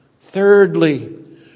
Thirdly